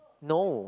no